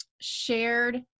shared